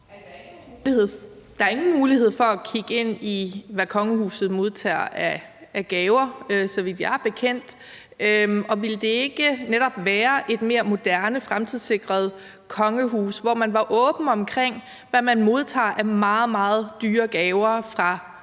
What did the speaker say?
Der er ingen mulighed for at kigge ind i, hvad kongehuset modtager af gaver, så vidt jeg er bekendt. Og ville det ikke netop være et mere moderne, fremtidssikret kongehus, hvor man var åben omkring, hvad man modtager af meget, meget dyre gaver fra virksomheder